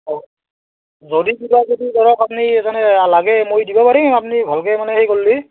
অঁ যদি কিবা কিবি ধৰক আপুনি তেনে লাগে মই দিব পাৰিম আপুনি ভালকৈ মানে হেৰি কৰিলে